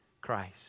Christ